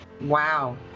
wow